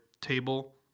table